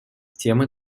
темы